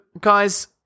guys